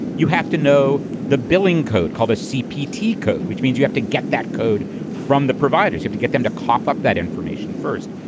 you have to know the billing code called a cpa t code, which means you have to get that code from the providers to get them to cough up that information first.